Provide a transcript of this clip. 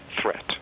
threat